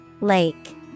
Lake